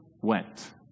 went